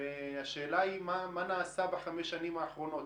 והשאלה היא: מה נעשה בחמש השנים האחרונות?